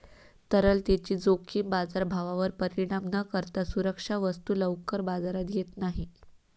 तरलतेची जोखीम बाजारभावावर परिणाम न करता सुरक्षा वस्तू लवकर बाजारात येत नाही